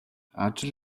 ажил